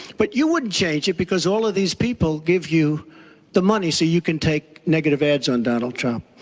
but you wouldn't change it because all of these people gave you the money so you can take negative ads on donald trump.